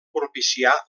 propiciar